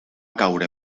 caure